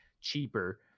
cheaper